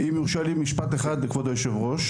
אם יורשה לי משפט אחד לכבוד היו"ר.